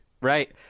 right